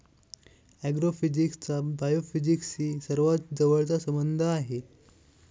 ऍग्रोफिजिक्सचा बायोफिजिक्सशी सर्वात जवळचा संबंध आहे